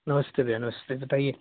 नमस्ते भईया नमस्ते बताइए